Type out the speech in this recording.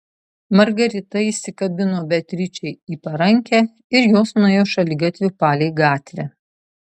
margarita įsikabino beatričei į parankę ir jos nuėjo šaligatviu palei gatvę